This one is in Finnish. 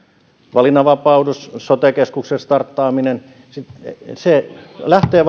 valinnanvapaus sote keskuksen starttaaminen lähtee